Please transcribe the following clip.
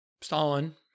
Stalin